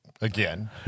again